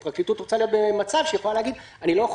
הפרקליטות רוצה להיות במצב בו היא תוכל להגיד: אני לא יכול